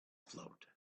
float